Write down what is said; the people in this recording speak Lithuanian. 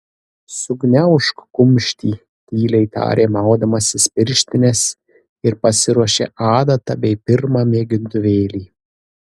sugniaužk kumštį tyliai tarė maudamasis pirštines ir pasiruošė adatą bei pirmą mėgintuvėlį